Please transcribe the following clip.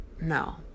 No